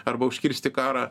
arba užkirsti karą